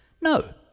no